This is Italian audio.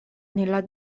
nella